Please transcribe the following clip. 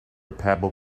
pebble